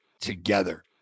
together